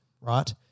right